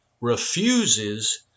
Refuses